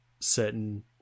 certain